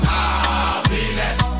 Happiness